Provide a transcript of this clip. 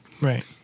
Right